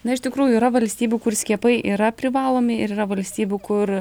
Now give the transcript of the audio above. na iš tikrųjų yra valstybių kur skiepai yra privalomi ir yra valstybių kur